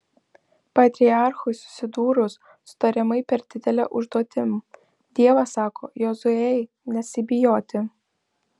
patriarchui susidūrus su tariamai per didele užduotim dievas sako jozuei nesibijoti